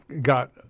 got